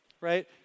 Right